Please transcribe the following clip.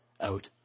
out